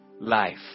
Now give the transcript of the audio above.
life